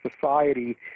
society